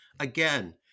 Again